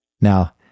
Now